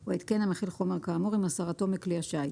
או התקן המכיל חומר כאמור עם הסרתו מכלי השיט,